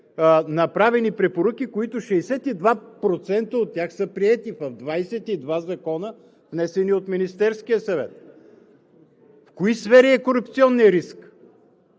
направени препоръки – 62% от тях са приети в 22 закона, внесени от Министерския съвет? В кои сфери е корупционният риск?